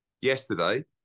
Yesterday